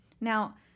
Now